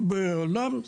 בעולם,